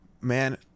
Man